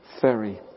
ferry